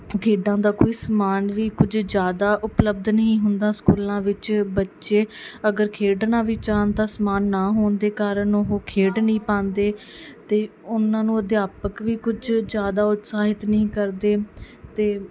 ਖੇਡਾਂ ਦਾ ਕੋਈ ਸਮਾਨ ਵੀ ਕੁਝ ਜ਼ਿਆਦਾ ਉਪਲਬਧ ਨਹੀਂ ਹੁੰਦਾ ਸਕੂਲਾਂ ਵਿੱਚ ਬੱਚੇ ਅਗਰ ਖੇਡਣਾ ਵੀ ਚਾਹੁਣ ਤਾਂ ਸਮਾਨ ਨਾ ਹੋਣ ਦੇ ਕਾਰਨ ਉਹ ਖੇਡ ਨਹੀਂ ਪਾਉਂਦੇ ਅਤੇ ਉਹਨਾਂ ਨੂੰ ਅਧਿਆਪਕ ਵੀ ਕੁਝ ਜ਼ਿਆਦਾ ਉਤਸ਼ਾਹਿਤ ਨਹੀਂ ਕਰਦੇ ਅਤੇ